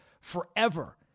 forever